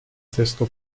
sesto